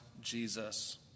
Jesus